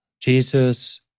Jesus